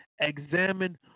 examine